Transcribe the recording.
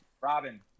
Robin